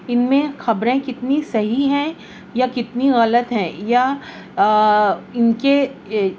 ان میں خبریں کتنی صحیح ہیں یا کتنی غلط ہیں یا ان کے